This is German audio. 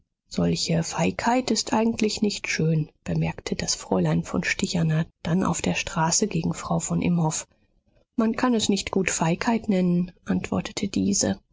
solche feigheit ist eigentlich nicht schön bemerkte das fräulein von stichaner dann auf der straße gegen frau von imhoff man kann es nicht gut feigheit nennen antwortete diese